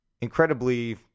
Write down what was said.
incredibly